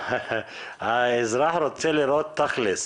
האזרח רוצה לראות ת'כלס.